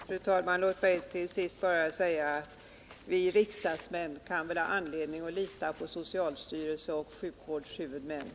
Fru talman! Låt mig till sist bara säga att vi riksdagsmän väl kan ha anledning att lita på socialstyrelsen och sjukvårdshuvudmännen.